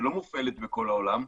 שלא מופעלת בכל העולם,